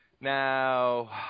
Now